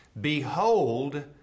Behold